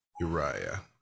Uriah